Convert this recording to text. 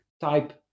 type